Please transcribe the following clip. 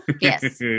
Yes